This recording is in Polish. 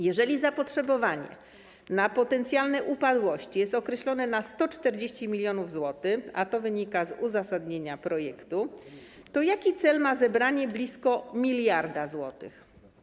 Jeżeli zapotrzebowanie na potencjalne upadłości jest określone na 140 mln zł, a to wynika z uzasadnienia projektu, to jaki cel ma zebranie blisko 1 mld zł?